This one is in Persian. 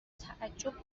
تعجب